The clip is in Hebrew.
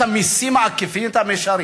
את המסים העקיפים והישירים,